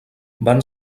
van